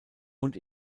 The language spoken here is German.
und